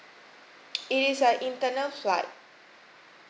it is a internal flight